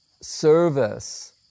Service